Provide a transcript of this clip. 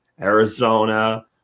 Arizona